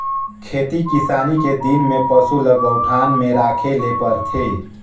खेती किसानी के दिन में पसू ल गऊठान में राखे ले परथे